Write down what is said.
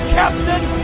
captain